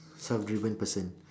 self driven person